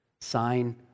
sign